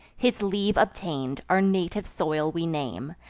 his leave obtain'd, our native soil we name,